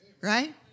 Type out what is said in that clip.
Right